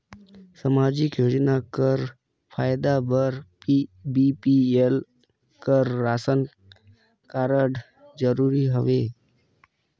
समाजिक योजना कर फायदा बर बी.पी.एल कर राशन कारड जरूरी हवे?